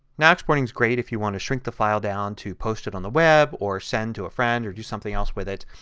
now exporting is great if you want to shrink the file down to post it on the web or send to a friend or do something else with it.